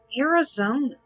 Arizona